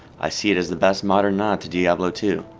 i see it as the best modern nod to diablo two.